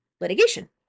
litigation